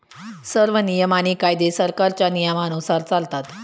सर्व नियम आणि कायदे सरकारच्या नियमानुसार चालतात